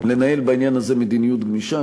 לנהל בעניין הזה מדיניות גמישה.